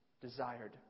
desired